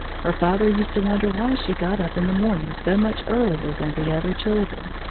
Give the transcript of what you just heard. her father used to wonder why she got up in the morning so much earlier than the other children.